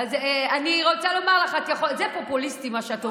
אז אני רוצה לומר לך שזה פופוליסטי, מה שאת אומרת.